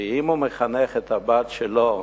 ואם הוא מחנך את הבת שלו